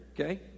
Okay